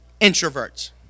introverts